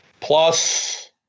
plus